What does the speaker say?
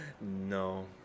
No